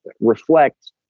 reflect